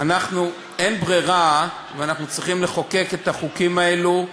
אין ברירה ואנחנו צריכים לחוקק את החוקים האלו,